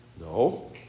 No